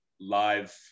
live